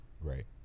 Right